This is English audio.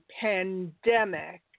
pandemic